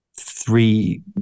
three